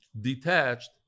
detached